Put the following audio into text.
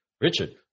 Richard